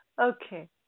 Okay